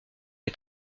des